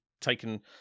taken